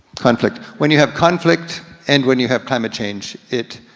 conflict, when you have conflict, and when you have climate change it